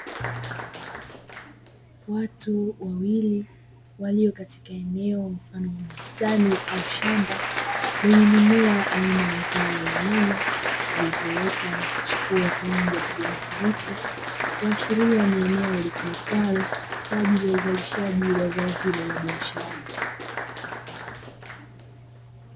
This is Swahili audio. Watu wawili walio katika eneo la mfano bustani au shamba lenye mimea aina zao na nyanya zilizoota na kuchipua rangi ya kijani kibichi kuashiria ni eneo litumikalo kwa ajili ya uzalishaji wa zao hilo la biashara.